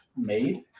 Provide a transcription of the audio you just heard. made